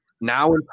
Now